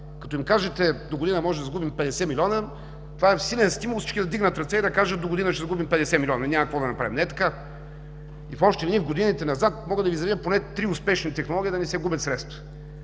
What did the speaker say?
Като им кажете –догодина можем да загубим 50 милиона, това е силен стимул всички да вдигнат ръце и да кажат: догодина ще загубим 50 милиона – няма какво да направим. Не е така! В общи линии в годините назад мога да Ви изредя поне три успешни технологии да не се губят средства,